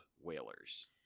whalers